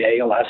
ALS